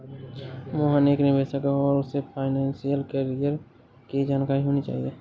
मोहन एक निवेशक है और उसे फाइनेशियल कैरियर की जानकारी होनी चाहिए